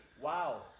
wow